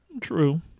True